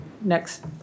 next